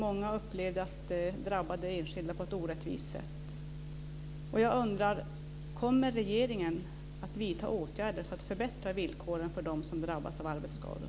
Många upplevde att det drabbade enskilda på ett orättvist sätt. Jag undrar: Kommer regeringen att vidta åtgärder för att förbättra villkoren för dem som drabbas av arbetsskador?